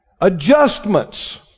Adjustments